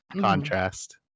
contrast